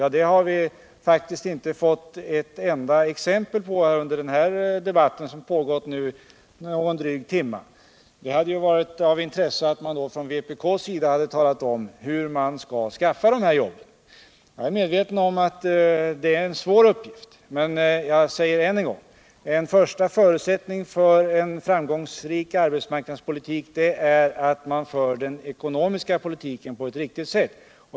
Ja, det har vi faktiskt inte fått eu enda exempel på under den här debatten, som har pågått någon dryg tumme. Det hade varit av imtresse att få höra hur vpk hade tänkt skaffa fram dessa jobb. Jag är medveten om att det är en svår uppgift att skaffa nya jobb. Men jag säger än en gång, att en första förutsättning för cn framgångsrik arbetsmarknadspolitik är att man för den ekonomiska politiken på ett riktigt sätt.